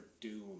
Doom